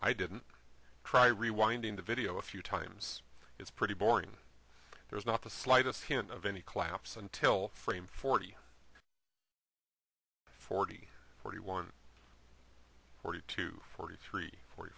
i didn't try rewinding the video a few times it's pretty boring there's not the slightest hint of any collapse until frame forty forty forty one forty two forty three forty